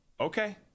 okay